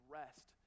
rest